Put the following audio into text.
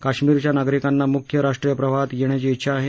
काश्मीरच्या नागरिकांना मुख्य राष्ट्रीय प्रवाहात येण्याची इच्छा आहे